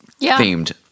themed